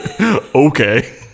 okay